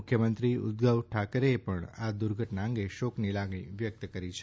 મુખ્યમંત્રી ઉદ્વવ ઠાકરેએ આ દુર્ઘટના અંગે શોકની લાગણી વ્યક્ત કરી છે